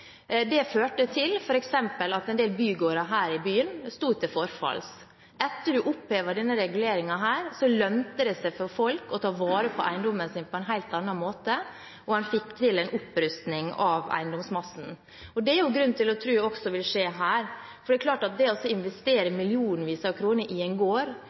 Det førte f.eks. til at en del bygårder her i byen sto og forfalt. Etter at en opphevet denne reguleringen lønnet det seg for folk å ta vare på eiendommen sin på en helt annen måte, og en fikk til en opprusting av eiendomsmassen. Det er grunn til å tro det også vil skje her, for det er klart at det å investere millionvis av kroner i en